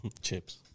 chips